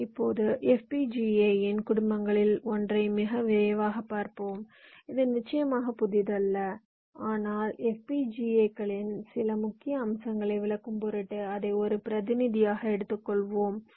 இப்போது FPGA இன் குடும்பங்களில் ஒன்றை மிக விரைவாகப் பார்ப்போம் இது நிச்சயமாக புதியதல்ல ஆனால் FPGA சிகளின் சில முக்கிய அம்சங்களை விளக்கும் பொருட்டு அதை ஒரு பிரதிநிதியாக எடுத்துக்கொள்வோம்